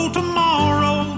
tomorrow